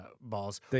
balls